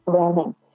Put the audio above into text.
learning